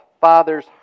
Father's